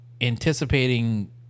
anticipating